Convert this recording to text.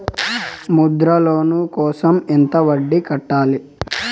Mudra loan కోసం వడ్డీ ఎంత మొత్తం కట్టాలి